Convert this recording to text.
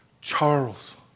Charles